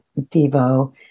Devo